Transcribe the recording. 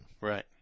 Right